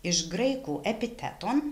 iš graikų epitheton